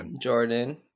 Jordan